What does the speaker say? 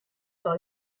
par